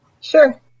Sure